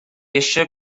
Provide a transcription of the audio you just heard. eisiau